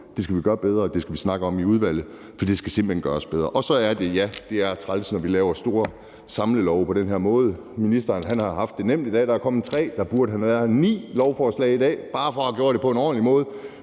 Det skal vi gøre bedre, og det skal vi snakke om i udvalget, for det skal simpelt hen gøres bedre. Og ja, det er træls, når vi laver store samlelove på den her måde. Ministeren har haft det nemt i dag. Der er kommet tre lovforslag, men der burde have været ni lovforslag i dag, bare for at have gjort det på en ordentlig måde.